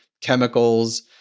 chemicals